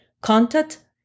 contact